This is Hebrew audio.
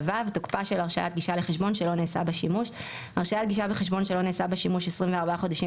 תוקפה של הרשאת גישה לחשבון שלא נעשה בה שימוש 39ו. הרשאת גישה בחשבון שלא נעשה בה שימוש 24 חודשים